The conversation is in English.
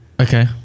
Okay